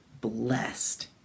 blessed